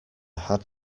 had